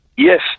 Yes